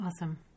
Awesome